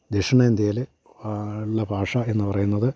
ദക്ഷിണേന്ത്യയിൽ ഉള്ള ഭാഷ എന്നു പറയുന്നത്